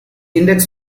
index